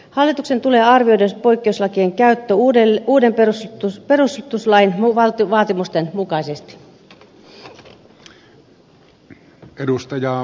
hallituksen tulee arvioida poikkeuslakien käyttö uuden perustuslain vaatimusten mukaisesti